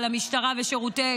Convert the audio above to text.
המשטרה ושירותי